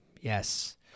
Yes